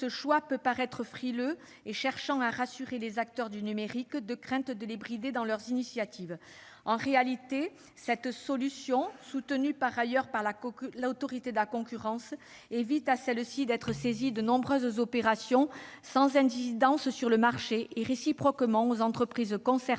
ce choix peut paraître frileux, témoignant de la volonté de rassurer les acteurs du numérique et de la crainte de les brider dans leurs initiatives. En réalité, cette solution, soutenue par ailleurs par l'Autorité de la concurrence, évite à celle-ci d'être saisie de nombreuses opérations sans incidence sur le marché et, réciproquement, aux entreprises concernées